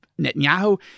Netanyahu